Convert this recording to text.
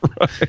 Right